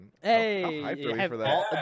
hey